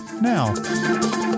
now